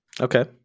Okay